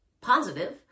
positive